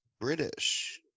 british